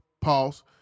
pause